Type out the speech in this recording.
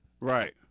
Right